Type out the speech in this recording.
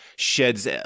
sheds